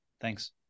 Thanks